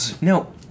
No